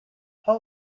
how